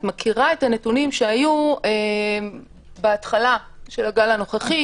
את מכירה את הנתונים שהיו בהתחלה של הגל הנוכחי,